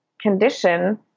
condition